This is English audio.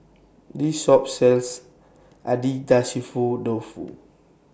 This Shop sells Agedashi Dofu